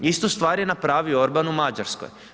Istu stvar je napravio Orban u Mađarskoj.